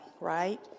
right